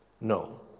No